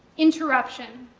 interruption,